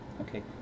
okay